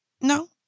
No